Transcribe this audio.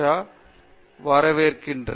பேராசிரியர் உஷா மோகன் வரவேற்கிறேன்